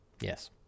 Yes